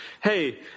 hey